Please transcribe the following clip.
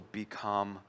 become